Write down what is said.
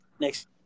Next